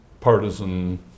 partisan